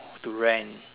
to rent